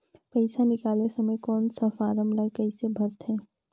पइसा निकाले समय कौन सा फारम ला कइसे भरते?